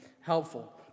helpful